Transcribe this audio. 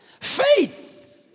Faith